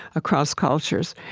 across cultures.